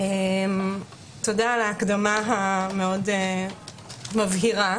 תודה על ההקדמה המאוד מבהירה